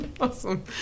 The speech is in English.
Awesome